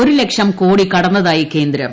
ഒരു ലക്ഷം കോടി കടന്നതായി കേന്ദ്രം